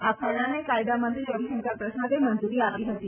આ ખરડાને કાયદામંત્રી રવિશંકર પ્રસાદે મંજુરી આપી હતી